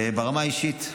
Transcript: וברמה האישית,